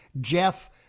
Jeff